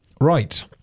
Right